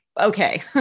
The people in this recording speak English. okay